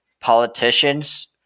politicians